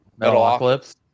Metalocalypse